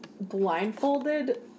blindfolded